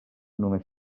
només